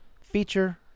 feature